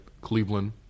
cleveland